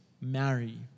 marry